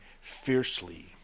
fiercely